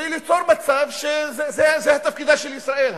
וליצור מצב שזה תפקידה של ישראל,